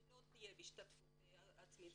זה לא יהיה בהשתתפות עצמית.